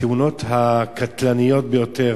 התאונות הקטלניות ביותר